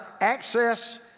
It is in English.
access